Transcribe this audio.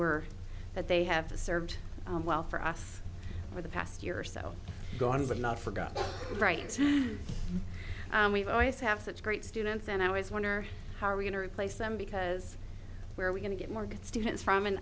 were that they have served well for us for the past year or so gone but not forgotten right we've always have such great students and i always wonder how are we going to replace them because where are we going to get more good students from and